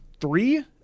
three